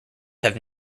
have